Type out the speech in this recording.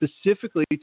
specifically